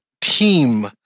team